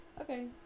Okay